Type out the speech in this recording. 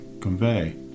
convey